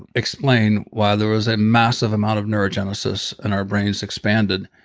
explain why there was a massive amount of neurogenesis and our brains expanded.